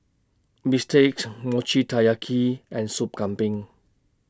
Bistakes Mochi Taiyaki and Sup Kambing